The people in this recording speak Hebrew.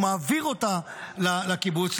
הוא מעביר אותה לקיבוץ.